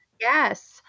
Yes